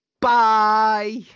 bye